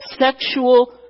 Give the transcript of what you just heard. sexual